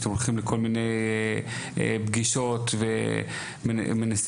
שאתם הולכים לכל מיני פגישות ומנסים,